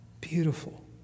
Beautiful